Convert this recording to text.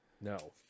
No